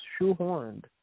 shoehorned